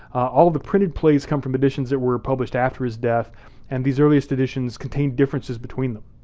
all the printed plays come from editions that were published after his death and these earliest editions contain differences between them.